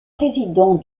président